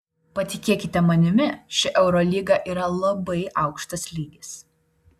patikėkite manimi ši eurolyga yra labai aukštas lygis